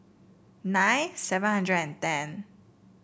nine seven hundred and ten